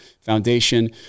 foundation